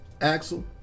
Axel